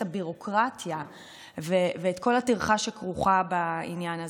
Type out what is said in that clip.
הביורוקרטיה ואת כל הטרחה שכרוכה בעניין הזה.